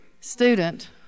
student